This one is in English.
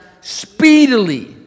speedily